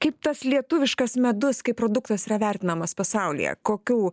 kaip tas lietuviškas medus kaip produktas yra vertinamas pasaulyje kokių